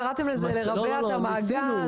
קראתם לזה "לרבע את המעגל".